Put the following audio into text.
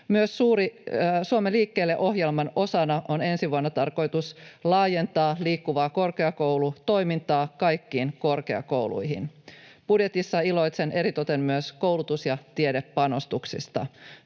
Myös Suomi liikkeelle ‑ohjelman osana on ensi vuonna tarkoitus laajentaa Liikkuva korkeakoulu ‑toimintaa kaikkiin korkeakouluihin. Budjetissa iloitsen eritoten myös koulutus- ja tiedepanostuksista.